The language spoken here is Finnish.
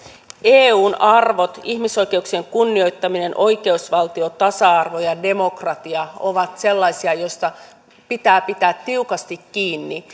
eun arvot ihmisoikeuksien kunnioittaminen oikeusvaltio tasa arvo ja demokratia ovat sellaisia joista pitää pitää tiukasti kiinni